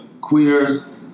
queers